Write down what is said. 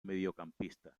mediocampista